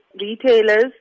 retailers